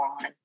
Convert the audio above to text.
on